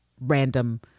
random